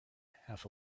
half